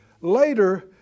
later